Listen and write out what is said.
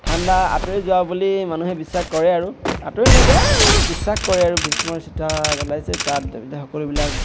ঠাণ্ডা আঁতৰি যোৱা বুলি মানুহে বিশ্বাস কৰে আৰু আঁতৰি নাযায় আৰু বিশ্বাস কৰে আৰু ভীষ্মৰ চিতা জ্বলাইছে তাত সকলোবিলাক